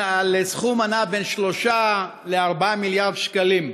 על סכום הנע בין 3 ל-4 מיליארד שקלים.